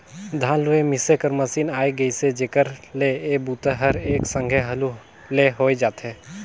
धान लूए मिसे कर मसीन आए गेइसे जेखर ले ए बूता हर एकर संघे हालू ले होए जाथे